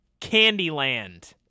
Candyland